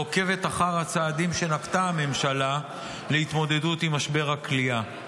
ועוקבת אחר הצעדים שנקטה הממשלה להתמודדות עם משבר הכליאה.